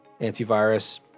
antivirus